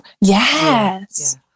Yes